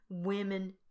Women